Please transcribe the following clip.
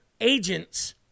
agents